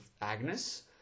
Agnes